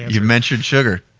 you've mentioned sugar,